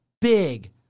big